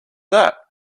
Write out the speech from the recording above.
that